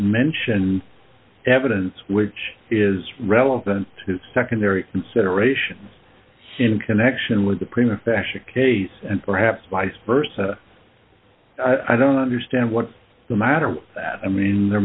mentioned evidence which is relevant to secondary consideration in connection with the prima facia case and perhaps vice versa i don't understand what's the matter with that i mean there